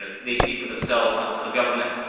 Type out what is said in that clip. they speak for themselves, not for the government.